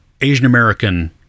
Asian-American